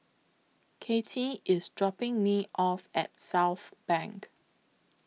Kattie IS dropping Me off At Southbank